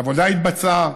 העבודה התבצעה,